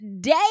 day